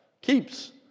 keeps